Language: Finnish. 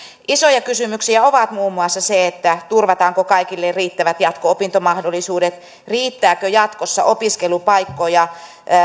isoja kysymyksiä ovat muun muassa se turvataanko kaikille riittävät jatko opintomahdollisuudet riittääkö jatkossa opiskelupaikkoja